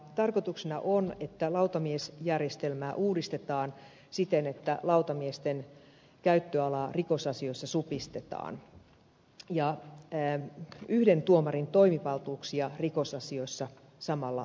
tarkoituksena on että lautamiesjärjestelmää uudistetaan siten että lautamiesten käyttöalaa rikosasioissa supistetaan ja yhden tuomarin toimivaltuuksia rikosasioissa samalla laajennetaan